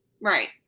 Right